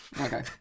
Okay